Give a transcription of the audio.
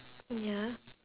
ya